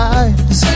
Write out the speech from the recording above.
eyes